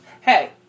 Hey